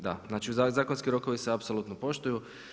Da znači, zakonski rokovi se apsolutno poštuju.